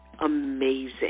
amazing